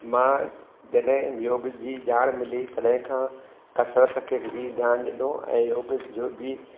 मां जॾहिं योग जी ॼाण मिली तॾहिं खां कसरत खे बि ध्यानु ॾिनो ऐं योग जो बि